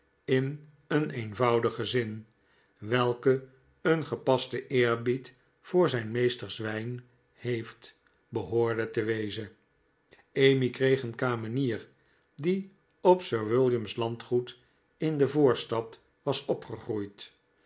in een eenvoudig gezin welke een gepasten eerbied voor zijn meesters wijn heeft behoorde te wezen emmy kreeg een kamenier die op sir william's landgoed in de voorstad was opgegroeid